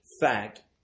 fact